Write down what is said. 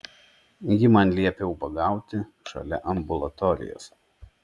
ji man liepė ubagauti šalia ambulatorijos